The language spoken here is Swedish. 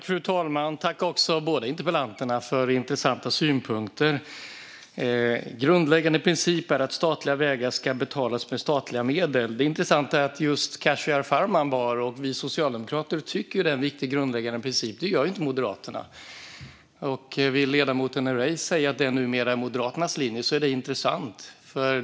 Fru talman! Tack till båda meddebattörerna för intressanta synpunkter! När det gäller att statliga vägar ska betalas med statliga medel tycker mycket riktigt Khashayar Farmanbar och vi socialdemokrater att det är en viktig grundläggande princip, men det gör ju inte Moderaterna. Vill ledamoten Herrey säga att det numera är Moderaternas linje är det intressant.